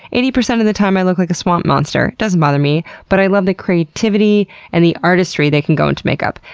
eighty percent of the time i look like a swamp monster. doesn't bother me, but i love the creativity and the artistry that can go into makeup.